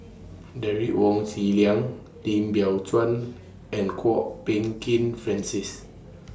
Derek Wong Zi Liang Lim Biow Chuan and Kwok Peng Kin Francis